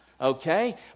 okay